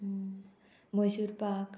Mysore pak